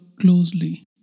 closely